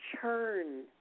churn